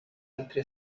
altri